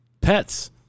pets